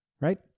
right